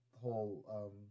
whole